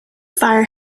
fire